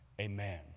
amen